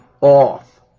off